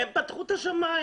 הם פתחו את השמיים